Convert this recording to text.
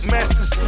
Master